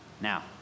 now